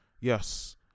yes